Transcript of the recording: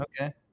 Okay